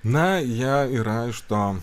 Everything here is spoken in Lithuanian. na jie yra iš to